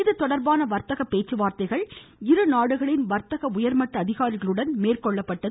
இதுதொடர்பான வர்த்தக பேச்சுவார்த்தைகள் இருநாடுகளின் வர்த்தக உயர்மட்ட அதிகாரிகளுடன் மேற்கொள்ளப்பட்டது